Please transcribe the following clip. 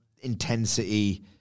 intensity